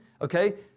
okay